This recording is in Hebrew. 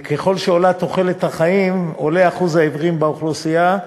ככל שעולה תוחלת החיים עולה אחוז העיוורים באוכלוסייה.